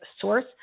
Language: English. source